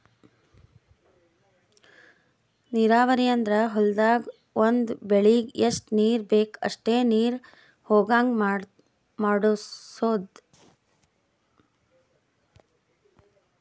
ನೀರಾವರಿ ಅಂದ್ರ ಹೊಲ್ದಾಗ್ ಒಂದ್ ಬೆಳಿಗ್ ಎಷ್ಟ್ ನೀರ್ ಬೇಕ್ ಅಷ್ಟೇ ನೀರ ಹೊಗಾಂಗ್ ಮಾಡ್ಸೋದು